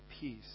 peace